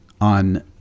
on